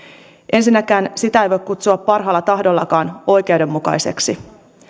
ensinnäkään sitä ei voi kutsua parhaalla tahdollakaan oikeudenmukaiseksi